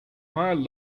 higher